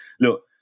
Look